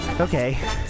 Okay